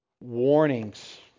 warnings